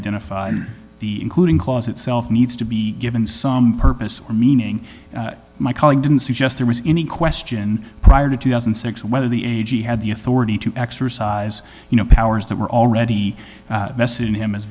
identified the including cause itself needs to be given some purpose or meaning my colleague didn't suggest there was any question prior to two thousand and six whether the a g had the authority to exercise you know powers that were already vested in him as